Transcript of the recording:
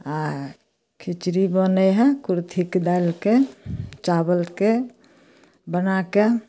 आ खिचड़ी बनै है कुर्थीके दालिके चावलके बनाके